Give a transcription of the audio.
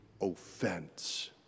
offense